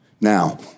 Now